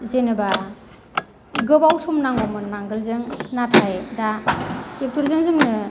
जेनोबा गोबाव सम नांगौमोन नांगोलजों नाथाय दा ट्रेक्टरजों जोंनो